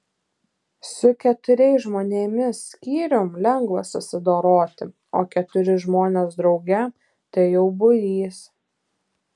su keturiais žmonėmis skyrium lengva susidoroti o keturi žmonės drauge tai jau būrys